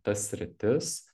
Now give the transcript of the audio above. tas sritis